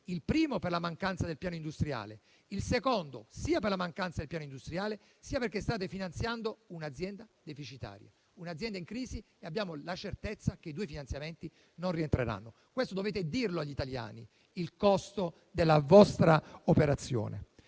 il primo per la mancanza del piano industriale, il secondo sia per la mancanza del piano industriale, sia perché si sta finanziando un'azienda deficitaria, un'azienda in crisi, e abbiamo la certezza che i due finanziamenti non rientreranno. Dovete dire agli italiani il costo della vostra operazione.